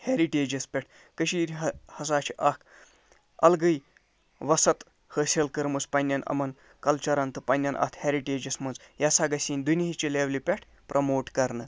ہیرِٹیجَس پٮ۪ٹھ کٔشیٖرِ ہہ ہسا چھِ اَکھ اَلگٕے وُسعت حٲصِل کٔرمٕژ پَنٕنٮ۪ن یِمَن کَلچَرَن تہٕ پَنٕنٮ۪ن اَتھ ہیرِٹیجَس منٛز یہِ ہسا گژھِ یِن دُنیاہٕچہٕ لیٚولہِ پٮ۪ٹھ پرٛموٹ کَرنہٕ